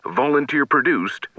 volunteer-produced